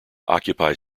occupy